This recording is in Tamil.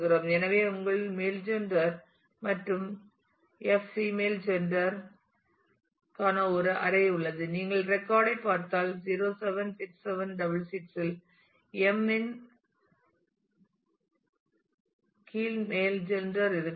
எனவே உங்களிடம் மேல் ஜெண்டர் மற்றும் எஃப் f பிமேல் ஜெண்டர் ற்கான ஒரு அரை உள்ளது நீங்கள் ரெக்கார்ட் ஐ பார்த்தால் 076766 இல் எம் m இன் கீழ் மேல் இருக்கிறார்